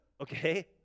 Okay